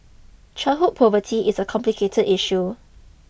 childhood poverty is a complicated issue